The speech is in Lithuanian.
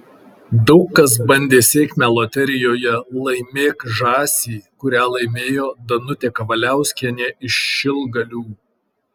daug kas bandė sėkmę loterijoje laimėk žąsį kurią laimėjo danutė kavaliauskienė iš šilgalių